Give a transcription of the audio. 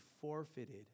forfeited